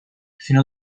fino